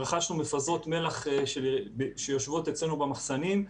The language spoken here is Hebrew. רכשנו מפזרות מלח שיושבות אצלנו במחסנים,